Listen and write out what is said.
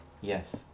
Yes